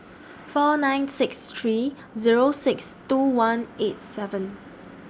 four nine six three Zero six two one eight seven